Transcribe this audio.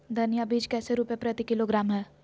धनिया बीज कैसे रुपए प्रति किलोग्राम है?